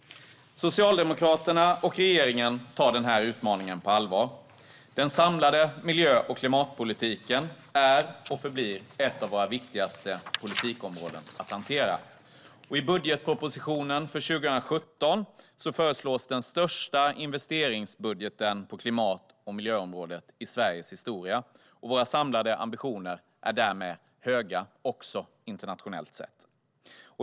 Socialdemokraterna och regeringen tar utmaningen på allvar. Den samlade miljö och klimatpolitiken är och förblir ett av våra viktigaste politikområden att hantera. I budgetpropositionen för 2017 föreslås den största investeringsbudgeten på klimat och miljöområdet i Sveriges historia, och våra samlade ambitioner är därmed höga också internationellt sett.